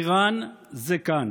איראן זה כאן.